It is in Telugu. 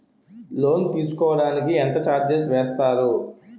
లోన్ తీసుకోడానికి ఎంత చార్జెస్ వేస్తారు?